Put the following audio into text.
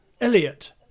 Elliot